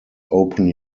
open